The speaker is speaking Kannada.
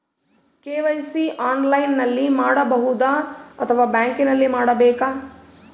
ಕೆ.ವೈ.ಸಿ ಆನ್ಲೈನಲ್ಲಿ ಮಾಡಬಹುದಾ ಅಥವಾ ಬ್ಯಾಂಕಿನಲ್ಲಿ ಮಾಡ್ಬೇಕಾ?